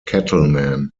cattleman